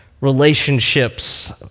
relationships